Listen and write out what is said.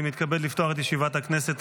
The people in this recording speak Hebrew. אני מתכבד לפתוח את ישיבת הכנסת.